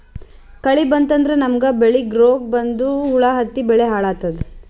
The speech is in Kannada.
ಕಳಿ ಬಂತಂದ್ರ ನಮ್ಮ್ ಬೆಳಿಗ್ ರೋಗ್ ಬಂದು ಹುಳಾ ಹತ್ತಿ ಬೆಳಿ ಹಾಳಾತದ್